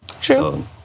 True